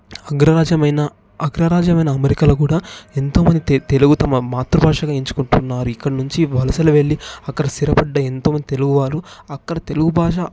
అగ్రరాజ్యమైన అగ్రరాజ్యమైన అమెరికాలో కూడా ఎంతోమంది తే తెలుగు తమ మాతృ భాషగా ఎంచుకుంటున్నారు ఇక్కడ నుంచి వలసలు వెళ్ళి అక్కడ స్థిరపడ్డ ఎంతోమంది తెలుగువాళ్ళు అక్కడ తెలుగు భాష